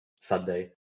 Sunday